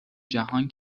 جهان